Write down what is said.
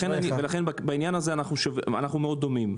בעניין הזה אנו מאוד דומים.